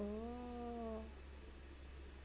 oh